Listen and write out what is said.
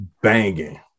banging